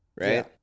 right